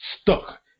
stuck